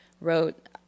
wrote